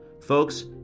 Folks